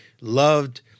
loved